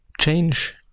change